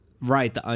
Right